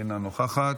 אינה נוכחת,